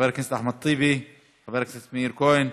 חבר הכנסת אחמד טיבי, חבר הכנסת מאיר כהן,